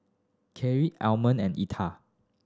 Kathlyn Almon and Etta